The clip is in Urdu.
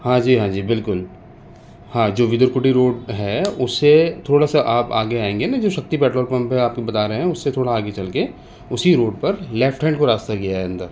ہاں جی ہاں جی بالکل ہاں جو ودر کوٹی روڈ ہے اس سے تھوڑا سا آپ آگے آئیں گے نا جو شکتی پٹرول پمپ ہے آپ جو بتا رہے ہیں اس سے تھوڑا آگے چل کے اسی روڈ پر لیفٹ ہینڈ کو راستہ گیا ہے اندر